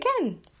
again